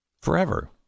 Forever